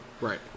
Right